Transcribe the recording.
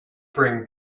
bring